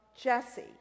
Jesse